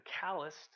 calloused